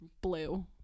blue